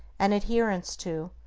and adherence to,